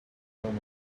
moment